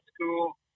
school